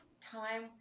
time